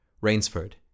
Rainsford